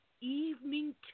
evening